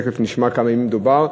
תכף נשמע בכמה ימים מדובר.